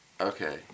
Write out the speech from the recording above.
Okay